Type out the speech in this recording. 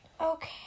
Okay